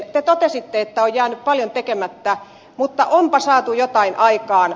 te totesitte että on jäänyt paljon tekemättä mutta onpa saatu jotain aikaan